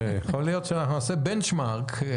יכול להיות שנעשה בנצ'מרק.